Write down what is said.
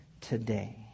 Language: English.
today